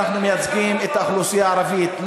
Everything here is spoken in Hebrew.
ואנחנו מייצגים את האוכלוסייה הערבית.